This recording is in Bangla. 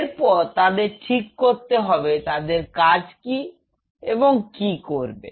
এরপর তাদের ঠিক করতে হবে তাদের কাজ কি এবং কি করবে